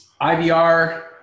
IVR